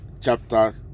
chapter